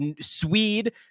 Swede